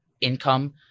income